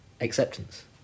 acceptance